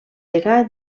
degà